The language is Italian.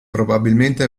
probabilmente